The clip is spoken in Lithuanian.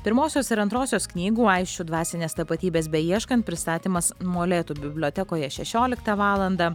pirmosios ir antrosios knygų aisčių dvasinės tapatybės beieškant pristatymas molėtų bibliotekoje šešioliktą valandą